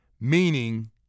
Meaning –